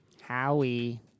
Howie